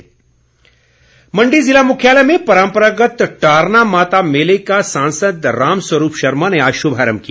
मेला मण्डी ज़िला मुख्यालय में परम्परागत टारना माता मेले का सांसद राम स्वरूप शर्मा ने आज शुभारम्भ किया